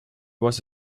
was